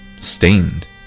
stained